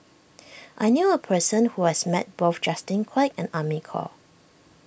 I knew a person who has met both Justin Quek and Amy Khor